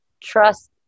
trust